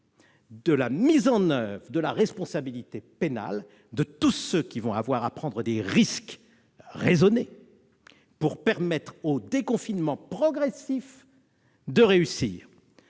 de la mise en oeuvre de la responsabilité pénale de tous ceux qui vont avoir à prendre des risques raisonnés pour permettre au déconfinement progressif de réussir.